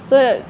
so